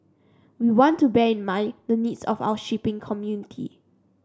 we want to bear in mind the needs of our shipping community